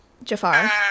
Jafar